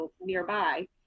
nearby